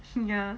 hmm ya